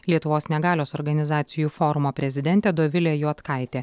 lietuvos negalios organizacijų forumo prezidentė dovilė juodkaitė